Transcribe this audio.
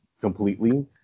completely